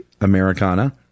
Americana